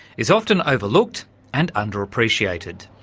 is often overlooked and under-appreciated.